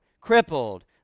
crippled